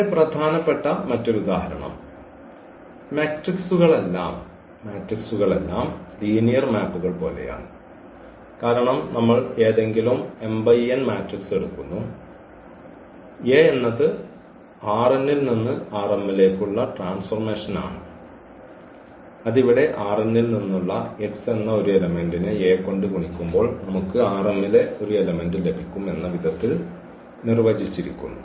വളരെ പ്രധാനപ്പെട്ട മറ്റൊരു ഉദാഹരണം മെട്രിക്സുകളെല്ലാം ലീനിയർ മാപ്പുകൾ പോലെയാണ് കാരണം നമ്മൾ ഏതെങ്കിലും മാട്രിക്സ് എടുക്കുന്നു A എന്നത് ഈ ൽ നിന്ന് ലേക്കുള്ള ട്രാൻസ്ഫോർമേഷൻ ആണ് അതിവിടെ ൽ നിന്നുള്ള x എന്ന ഒരു എലെമെന്റിനെ A കൊണ്ട് ഗുണിക്കുമ്പോൾ നമുക്ക് ലെ ഒരു എലമെന്റ് ലഭിക്കും എന്ന വിധത്തിൽ നിർവ്വചിച്ചിരിക്കുന്നു